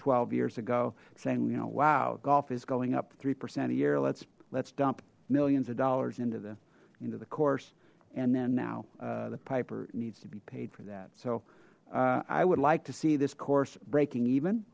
twelve years ago saying you know wow golf is going up three percent a year let's let's dump millions of dollars into the into the course and then now the piper needs to be paid for that so i would like to see this course breaking even